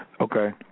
Okay